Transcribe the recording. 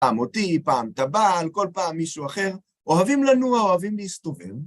פעם אותי, פעם ת'בעל, כל פעם מישהו אחר. אוהבים לנוע, אוהבים להסתובב.